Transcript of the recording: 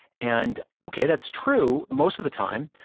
and okay, that's true most of the time.